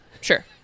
Sure